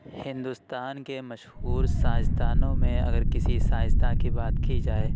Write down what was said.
ہندوستان کے مشہور سائسندانوں میں اگر کسی سائنسداں کی بات کی جائے